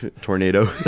Tornado